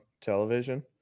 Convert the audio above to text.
television